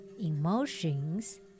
emotions